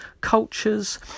cultures